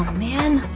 man,